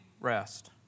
rest